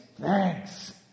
Thanks